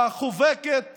חובקת